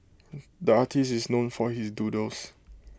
the artist is known for his doodles